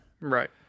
Right